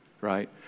right